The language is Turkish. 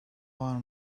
var